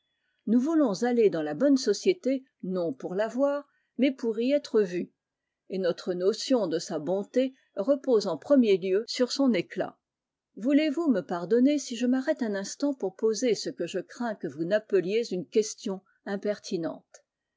nous voulons aller dans la bonne société non pour la voir mais pour y être vu et notre notion de sa bonté repose en premier lieu sur son éclat voulez vousme pardonner si je m'arrête un instant pour poser ce que je crains que vous n'appeliez une question impertinente